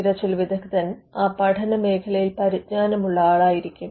തിരച്ചിൽ വിദഗ്ധൻ ആ പഠന മേഖലയിൽ പരിജ്ഞാനമുള്ള ആളായിരിക്കും